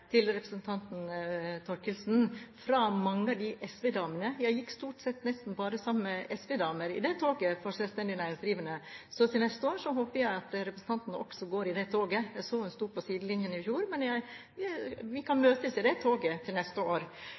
gikk stort sett bare sammen med SV-damer i det toget med selvstendig næringsdrivende. Så til neste år håper jeg at representanten også går i det toget – jeg så hun sto på sidelinjen i fjor. Vi kan møtes i det toget til neste år.